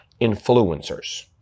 influencers